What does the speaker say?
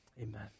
Amen